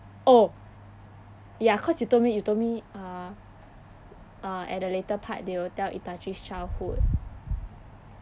oh ya cause you told me you told me uh uh at the later part they will tell itachi's childhood